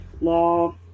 Law